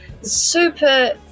super